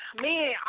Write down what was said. Man